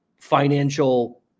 financial